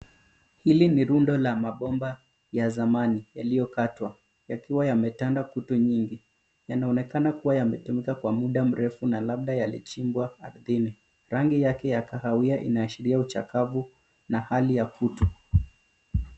Hili ni rundo la mabomba la zamani yalio kkatwa yakiwa yametandwa kutu nyingi, yana onekana kuwa yametumika kwa muda mrefu na labda yali chimbwa ardhini, rangi yake ya kahawia ina ashiria uchakavu na hali ya kutu.